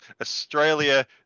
australia